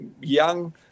young